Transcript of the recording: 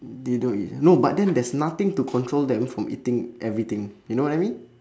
they don't eat ah no but then there's nothing to control them from eating everything you know what I mean